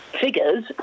figures